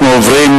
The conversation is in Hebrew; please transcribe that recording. אנחנו עוברים,